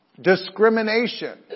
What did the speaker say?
Discrimination